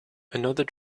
another